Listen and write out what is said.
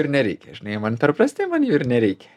ir nereikia žinai man jie per prasti man jų ir nereikia